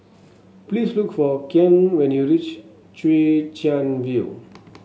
please look for Kian when you reach Chwee Chian View